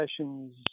sessions